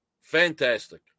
fantastic